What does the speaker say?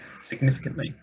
significantly